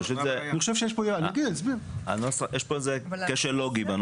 בנוסח יש כשל לוגי.